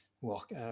work